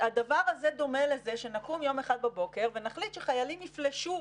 הדבר הזה דומה לזה שנקום ביום אחד בבוקר ונחליט שחיילים יפלשו.